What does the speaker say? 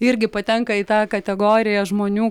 irgi patenka į tą kategoriją žmonių